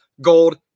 Gold